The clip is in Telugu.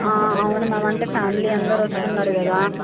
అవును మ్యామ్ అంటే ఫ్యామిలీ అందరు వస్తున్నారు కదా